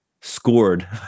scored